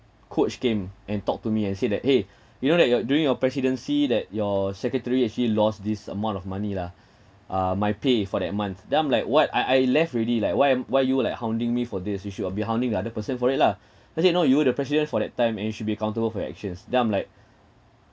coach came and talked to me and said that !hey! you know that your during your presidency that your secretary actually lost this amount of money lah uh my pay for that month then I'm like what I I left already like why am why you like hounding me for this you should uh be hounding the other person for it lah he said no you were the president for that time and you should be accountable for your actions then I'm like